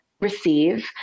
receive